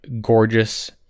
Gorgeous